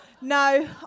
No